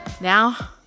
Now